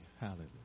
hallelujah